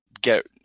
get